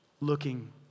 looking